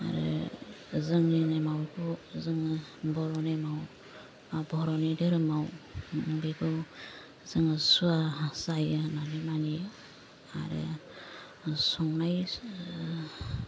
आरो जोंनि नेमावथ' जोङो बर' नेमाव बर'नि धोरोमाव बेखौ जोङो सुवा जायो होननानै मानियो आरो संनाय